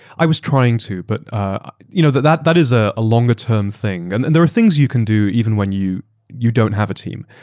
i was trying to, but ah you know that that is ah a longer term thing. and and there are things you can do even when you you don't have a team.